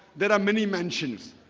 there are many mansions